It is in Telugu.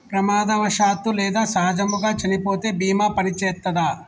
ప్రమాదవశాత్తు లేదా సహజముగా చనిపోతే బీమా పనిచేత్తదా?